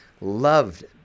loved